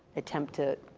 attempt to,